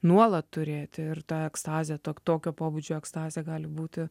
nuolat turėti ir tą ekstazę tok tokio pobūdžio ekstazė gali būti